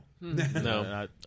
no